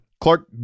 Clark